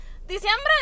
Diciembre